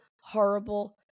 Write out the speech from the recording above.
horrible